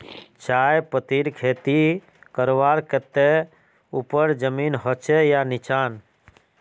चाय पत्तीर खेती करवार केते ऊपर जमीन होचे या निचान?